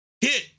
hit